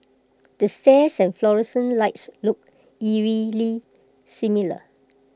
the stairs and fluorescent lights look eerily similar